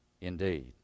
Indeed